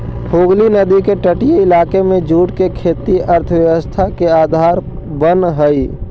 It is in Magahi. हुगली नदी के तटीय इलाका में जूट के खेती अर्थव्यवस्था के आधार बनऽ हई